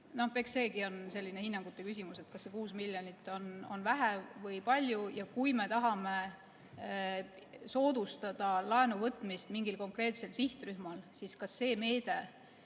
eks seegi ole selline hinnangute küsimus, kas see 6 miljonit on vähe või palju. Kui me tahame soodustada laenuvõtmist mingi konkreetse sihtrühma puhul, siis kas see meede